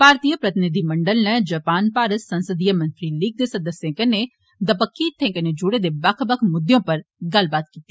भारतीय प्रतिनिधिमंडल नै जपान भारत संसदीय मंत्रीलीग दे सदस्यें कन्नै दपक्खी हितें कन्नै जुड़े दे बक्ख बक्ख मुद्दें उप्पर गल्लबात कीती